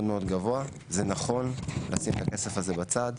מאוד גבוה זה נכון לשים את הכסף הזה בצד.